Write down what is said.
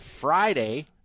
Friday